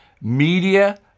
media